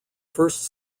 first